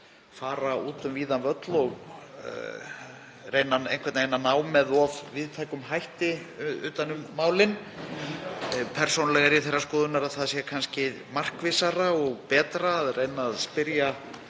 fara út um víðan völl og reyna einhvern veginn að ná með of víðtækum hætti utan um málin. Persónulega er ég þeirrar skoðunar að kannski sé betra að reyna að spyrja